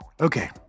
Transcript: okay